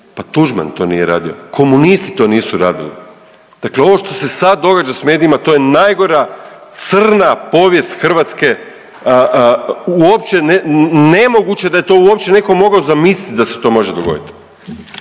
pa Tuđman to nije radio, komunisti to nisu radili, dakle ovo što se sad događa s medijima to je najgora crna povijest Hrvatske, uopće nemoguće da je to uopće neko mogao zamisliti da se to može dogoditi.